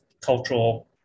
cultural